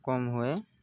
କମ୍ ହୁଏ